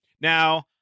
Now